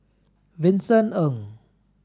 Vincent Ng